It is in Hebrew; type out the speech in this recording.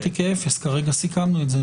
בתיקי אפס כרגע סיכמנו את זה.